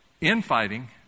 infighting